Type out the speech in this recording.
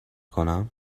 کنیم